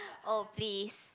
oh please